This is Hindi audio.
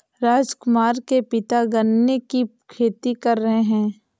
राजकुमार के पिता गन्ने की खेती कर रहे हैं